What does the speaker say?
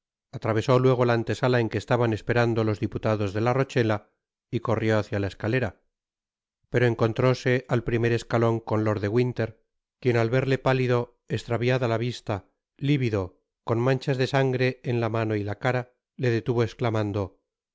atravesó luego la antesala en que es aban esperando los diputados de la rochela y corrió hácia la escalera pero encontróse al primer escalon con lord de winter quien al verle pálido estraviada la vista lívido con manchas de sangre en la mano y la cara le detuvo esclamando